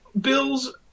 Bills